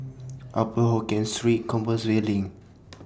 Upper Hokkien Street Compassvale LINK